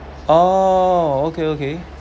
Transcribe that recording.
oh okay okay